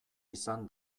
izan